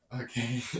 Okay